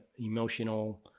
emotional